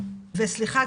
וסליחה,